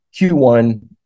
Q1